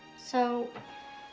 so,